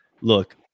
look